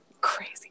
crazy